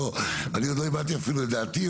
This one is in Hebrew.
אני עוד לא הבעתי אפילו את דעתי,